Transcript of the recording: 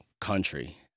country